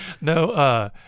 no